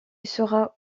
sera